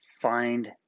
find